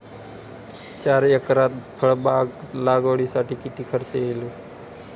चार एकरात फळबाग लागवडीसाठी किती खर्च येईल?